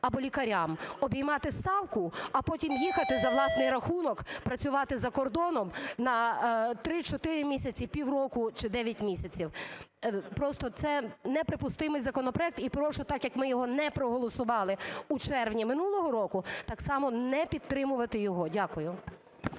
або лікарям обіймати ставку, а потім їхати за власний рахунок працювати за кордоном на 3-4 місяці, півроку чи 9 місяців. Просто це неприпустимий законопроект. І прошу, так як ми його не проголосували у червні минулого року, так само не підтримувати його. Дякую.